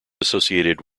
associated